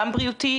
גם בריאותי,